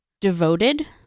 devoted